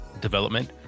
development